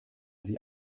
sie